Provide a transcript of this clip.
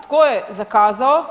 Tko je zakazao?